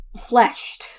fleshed